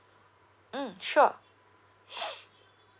mm sure